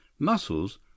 Muscles